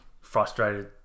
frustrated